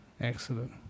Excellent